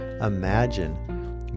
Imagine